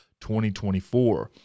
2024